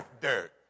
Dirt